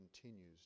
continues